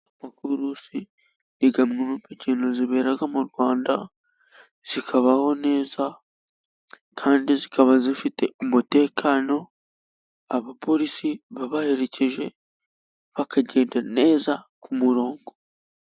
Amakurusi ni imwe mu mikino ibera mu Rwanda, ikabaho neza kandi ikaba ifite umutekano, abapolisi babaherekeje bakagenda neza ku murongo.